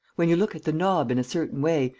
when you look at the knob in a certain way,